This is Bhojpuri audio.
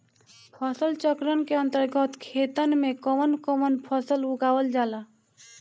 फसल चक्रण के अंतर्गत खेतन में कवन कवन फसल उगावल जाला?